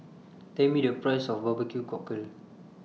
Tell Me The Price of Barbecue Cockle